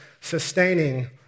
sustaining